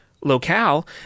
locale